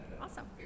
Awesome